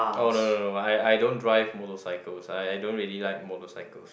oh no no no I I don't drive motorcycles I I don't really like motorcycles